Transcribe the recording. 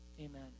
amen